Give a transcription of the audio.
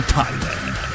Thailand